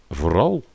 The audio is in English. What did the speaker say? vooral